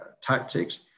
tactics